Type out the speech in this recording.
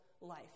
life